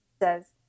says